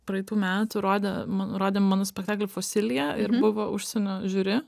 praeitų metų rodė man rodė mano spektaklį fosilija ir buvo užsienio žiūri